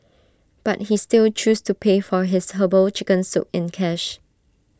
but he still chose to pay for his Herbal Chicken Soup in cash